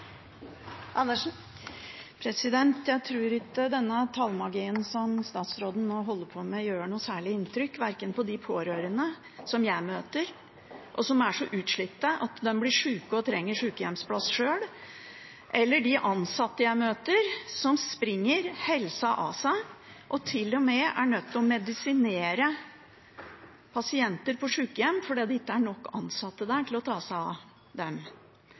Jeg tror ikke denne tallmagien som statsråden nå holder på med, gjør noe særlig inntrykk, verken på de pårørende som jeg møter, og som er så utslitte at de blir syke og trenger sykehjemsplass sjøl, eller de ansatte jeg møter, som springer helsa av seg, og til og med er nødt til å medisinere pasienter på sykehjem fordi det ikke er nok ansatte der til å ta seg av dem.